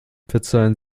verzeihen